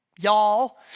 y'all